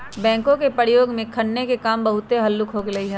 backhoe के प्रयोग से खन्ने के काम बहुते हल्लुक हो गेलइ ह